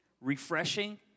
refreshing